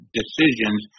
decisions